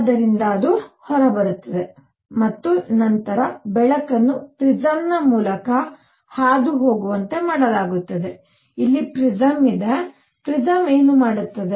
ಅದರಿಂದ ಅದು ಹೊರಬರುತ್ತದೆ ಮತ್ತು ನಂತರ ಬೆಳಕನ್ನು ಪ್ರಿಸಂ ಮೂಲಕ ಹಾದುಹೋಗುವಂತೆ ಮಾಡಲಾಗುತ್ತದೆ ಇಲ್ಲಿ ಪ್ರಿಸಂ ಇದೆ ಪ್ರಿಸಂ ಏನು ಮಾಡುತ್ತದೆ